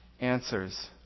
answers